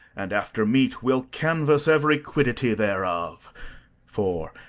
and, after meat, we'll canvass every quiddity thereof for,